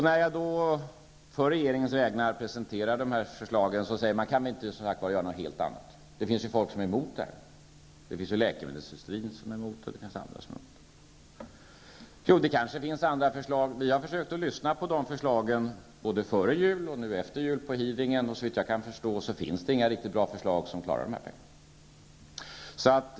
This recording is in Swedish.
När jag då på regeringens vägnar presenterar de här förslagen säger Kent Carlsson: Kan vi inte göra något annat i stället? Det finns ju folk som är emot det här, som läkemedelsindustrin och andra. Ja, det kanske finns andra förslag, och vi har tittat på sådana både före jul och efter jul och under hearingen. Såvitt jag kan förstå finns det inget riktigt bra förslag för att klara denna besparing.